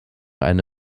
eine